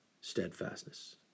steadfastness